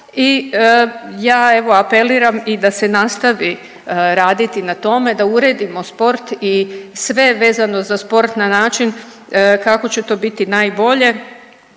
I ja evo apeliram i da se nastavi raditi na tome da uredimo sport i sve vezano za sport na način kako će to biti najbolje,